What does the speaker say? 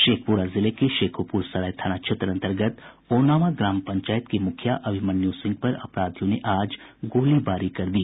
शेखपुरा जिले के शेखोपुरसराय थाना क्षेत्र अंतर्गत ओनामा ग्राम पंचायत के मुखिया अभिमन्यू सिंह पर अपराधियों ने आज गोलीबारी कर दी